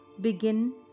begin